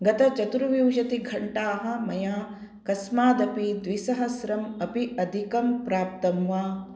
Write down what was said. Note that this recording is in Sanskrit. गतचतुर्विंशतिघण्टाः मया कस्मादपि द्विसहस्रम् अपि अधिकं प्राप्तं वा